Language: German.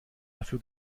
dafür